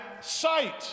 sight